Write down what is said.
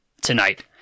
tonight